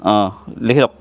অঁ লিখি লওক